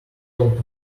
took